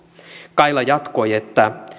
kaila jatkoi